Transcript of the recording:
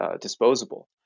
disposable